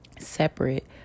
separate